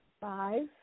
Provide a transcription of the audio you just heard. Five